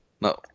No